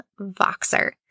Voxer